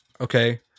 okay